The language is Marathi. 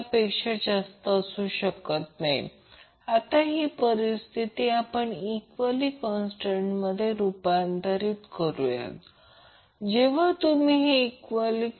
तर जर तसे असेल तर समीकरण 1 RL साठी सोडवा RL हे समीकरण मिळेल हे आपण सोप्या पद्धतीने करतो आणि ω2 LC RC 2 ω2 L 2 LC जर ते 0 पेक्षा जास्त असेल तर सर्किट येथे रेझोनन्समध्ये आहे